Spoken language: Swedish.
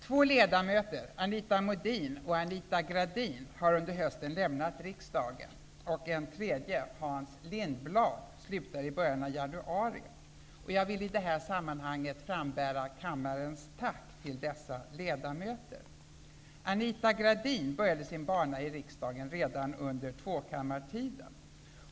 Två ledamöter, Anita Modin och Anita Gradin, har under hösten lämnat riksdagen, och en tredje, Hans Lindblad, slutar i början av januari. Jag vill i det här sammanhanget framföra kammarens tack till dessa ledamöter. Anita Gradin började sin bana i riksdagen redan under tvåkammartiden.